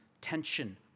tension